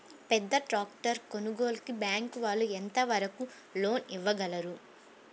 పెద్ద ట్రాక్టర్ కొనుగోలుకి బ్యాంకు వాళ్ళు ఎంత వరకు లోన్ ఇవ్వగలరు?